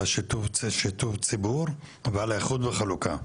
על שיתוף ציבור ועל האיחוד והחלוקה.